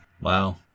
wow